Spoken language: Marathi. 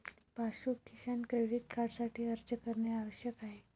पाशु किसान क्रेडिट कार्डसाठी अर्ज करणे आवश्यक आहे